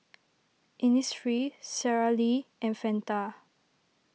Innisfree Sara Lee and Fanta